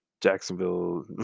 Jacksonville